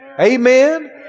Amen